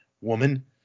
woman